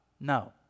No